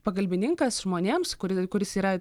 pagalbininkas žmonėms kuri kuris yra